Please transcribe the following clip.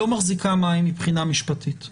לא מחזיקה מים מבחינה משפטית.